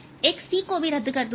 एक c को भी रद्द कर दूंगा